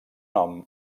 nom